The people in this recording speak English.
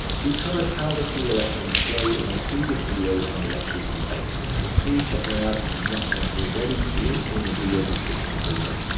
we've covered how the free electrons flow in a previous video on the electricity basics. so, please check that out if have not so already. links are in the video description below.